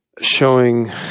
showing